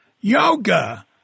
Yoga